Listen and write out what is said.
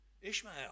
Ishmael